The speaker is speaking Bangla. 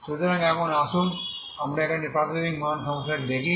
সুতরাং এখন আসুন আমরা এখানে প্রাথমিক মান সমস্যাটি দেখি